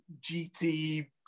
GT